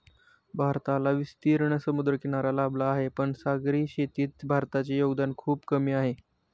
भारताला विस्तीर्ण समुद्रकिनारा लाभला आहे, पण सागरी शेतीत भारताचे योगदान खूप कमी आहे